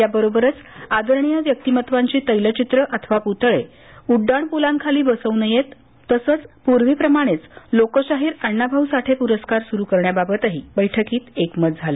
याबरोबरच आदरणीय व्यक्तिमत्वांची तैलचित्र अथवा पुतळे उड्डाणपुलांखाली बसवू नयेत तसंच पूर्वीप्रमाणेच लोकशाहीर अण्णाभाऊ साठे पुरस्कार सुरू करण्याबाबतही एकमत झालं